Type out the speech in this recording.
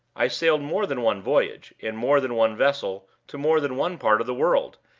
i sailed more than one voyage, in more than one vessel, to more than one part of the world,